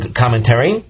commentary